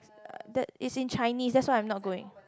uh that it's in Chinese that's why I am not going